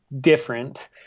different